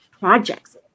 projects